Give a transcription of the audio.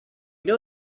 know